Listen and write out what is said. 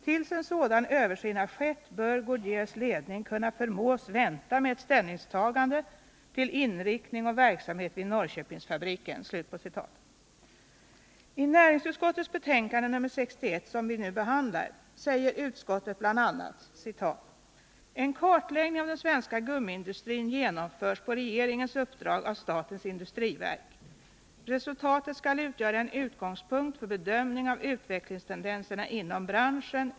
Tills en sådan översyn har skett bör Goodyears ledning kunna förmås vänta med ett ställningstagande till inriktning och verksamhet vid Norrköpingsfabriken. I näringsutskottets betänkande 61, som vi nu behandlar, sägs bl.a.: ”En kartläggning av den svenska gummivaruindustrin genomförs på regeringens uppdrag av statens industriverk. Resultatet skall utgöra en utgångspunkt för bedömning av utvecklingstendenserna inom branschen.